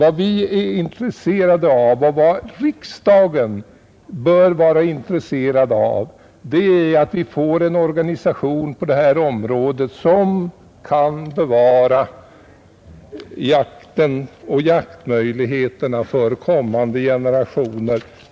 Vad vi är intresserade av — och vad riksdagen bör vara intresserad av — är att vi får en organisation på detta område som kan bevara jakten och jaktmöjligheterna för kommande generationer.